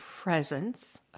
presence